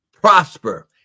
Prosper